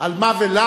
על מה ולמה,